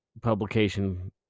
publication